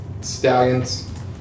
stallions